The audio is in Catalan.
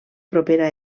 propera